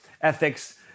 ethics